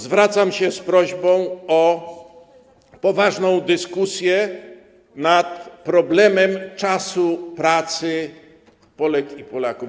Zwracam się z prośbą o poważną dyskusję nad problemem czasu pracy Polek i Polaków.